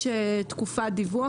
יש תקופת דיווח.